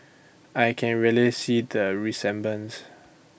I can really see the resemblance